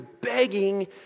begging